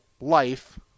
life